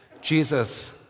Jesus